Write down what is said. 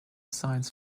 science